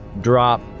drop